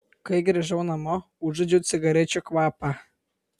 kai grįžau namo užuodžiau cigarečių kvapą